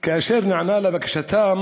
כאשר נענה לבקשתם